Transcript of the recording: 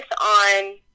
on